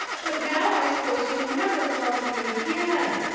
but now i s'pose you'll never love me again.